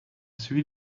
celui